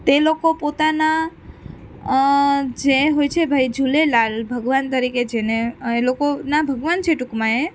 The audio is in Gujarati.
તે લોકો પોતાના જે હોય છે ભાઈ ઝૂલેલાલ ભગવાન તરીકે જે ને એ લોકોનાં ભગવાન છે ટૂંકમાં એ